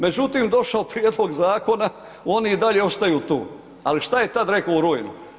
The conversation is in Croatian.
Međutim, došao prijedlog zakona, oni i dalje ostaju tu, al šta je tad rekao u rujnu?